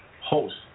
host